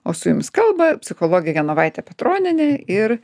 o su jumis kalba psichologė genovaitė petronienė ir